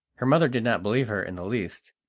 her mother did not believe her in the least,